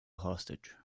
hostage